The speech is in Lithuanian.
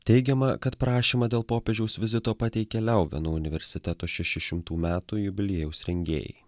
teigiama kad prašymą dėl popiežiaus vizito pateikė leubeno universiteto šešių šimtų metų jubiliejaus rengėjai